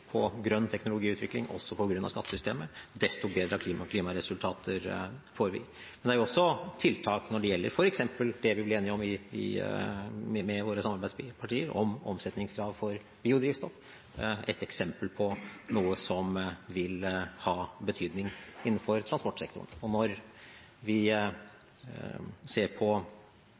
på grønn teknologiutvikling, også på grunn av skattesystemet, desto bedre klimaresultater får vi. Men det er jo også tiltak når det gjelder f.eks. det vi ble enige om med våre samarbeidspartier, omsetningskrav for biodrivstoff. Det er et eksempel på noe som vil ha betydning innenfor transportsektoren. Når vi ser på